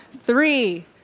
three